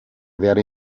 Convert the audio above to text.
wäre